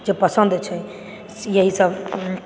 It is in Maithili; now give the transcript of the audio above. जे पसन्द छै यही सब